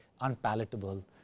unpalatable